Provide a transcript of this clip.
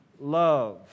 love